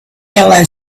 yellow